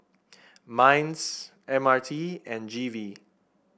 Minds M R T and G V